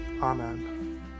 Amen